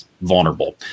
vulnerable